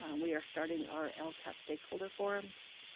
um we are starting our lcap stakeholder forums,